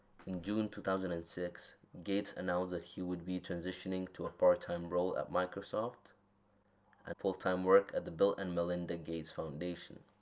in june two thousand and six, gates announced that he would be transitioning to a part-time role at microsoft and full-time work at the bill and melinda gates foundation,